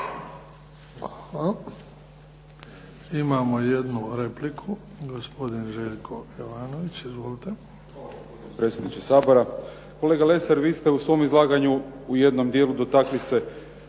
Hvala. Imamo jednu repliku, gospodin Željko Jovanović. Izvolite. **Jovanović, Željko (SDP)** Hvala gospodine predsjedniče Sabora. Kolega Lesar, vi ste u svom izlaganju u jednom dijelu dotakli se